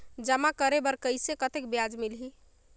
जमा करे बर कइसे कतेक ब्याज मिलही?